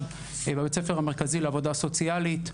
בבית הספר המרכזי לעבודה סוציאלית.